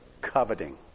coveting